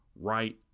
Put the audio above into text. right